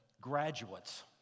graduates